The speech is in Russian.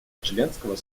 членского